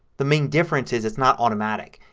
the main difference is it's not automatic.